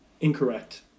incorrect